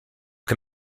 can